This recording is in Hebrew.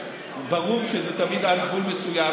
ברור שזה תמיד עד גבול מסוים,